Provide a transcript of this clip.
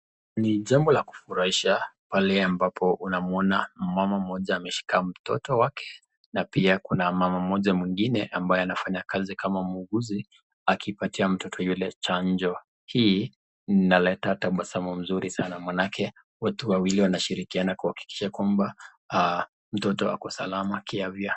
Ni jambo la kufurahisha pale ambapo unamwona mama mmoja ameshika mtoto wake na pia kuna mama mmoja mwingine ambaye anafanya kazi kama muuguzi akipatia mtoto yule chanjo, hii inaleta tabasamu mzuri sana maanake wote wawili wanashirikiana kuhakikisha kwamba mtoto ako salama kiafya.